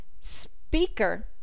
speaker